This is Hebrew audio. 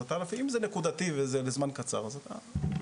אז, אם זה נקודתי ולזמן קצר זה אז זה -- אוקיי.